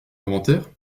inventaire